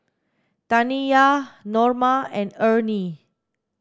Taniyah Norma and Ernie